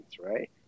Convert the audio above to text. right